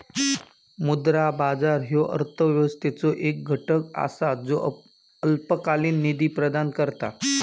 मुद्रा बाजार ह्यो अर्थव्यवस्थेचो एक घटक असा ज्यो अल्पकालीन निधी प्रदान करता